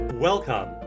Welcome